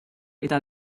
eta